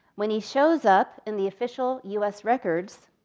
when he shows up in the official u s. records,